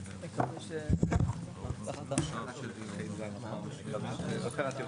ננעלה בשעה 15:00.